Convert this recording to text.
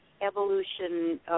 evolution